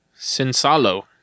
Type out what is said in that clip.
Sinsalo